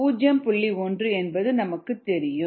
1 என்பது நமக்கு தெரியும்